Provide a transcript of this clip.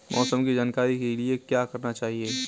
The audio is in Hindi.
मौसम की जानकारी के लिए क्या करना चाहिए?